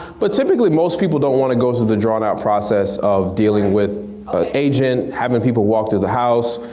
but typically most people don't wanna go through the drawn out process of dealing with an agent, having people walk through the house,